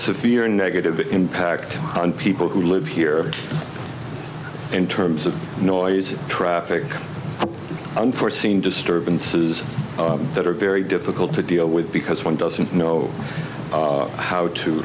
severe negative impact on people who live here in terms of noisy traffic unforeseen disturbances that are very difficult to deal with because one doesn't know how to